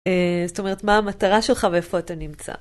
אה... זאת אומרת מה המטרה שלך ואיפה אתה נמצא.